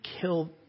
kill